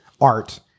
art